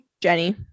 jenny